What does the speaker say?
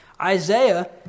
Isaiah